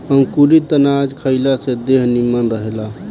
अंकुरित अनाज खइला से देह निमन रहेला